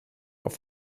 auf